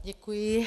Děkuji.